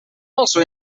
also